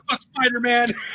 Spider-Man